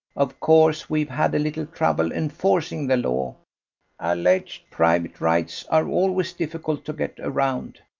of course we've had a little trouble enforcing the law alleged private rights are always difficult to get around.